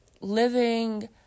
living